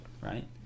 Right